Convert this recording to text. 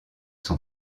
son